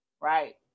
right